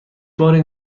باری